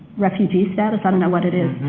refugee status, i don't know what it is,